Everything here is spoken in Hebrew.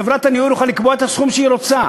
חברת הניהול יכולה לקבוע את הסכום שהיא רוצה,